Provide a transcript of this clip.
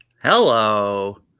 Hello